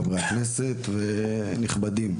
חברי הכנסת ונכבדים.